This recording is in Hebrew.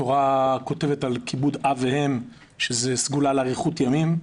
התורה כותבת על כיבוד אב ואם שזו סגולה לאריכות ימים.